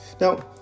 Now